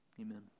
Amen